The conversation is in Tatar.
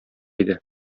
иде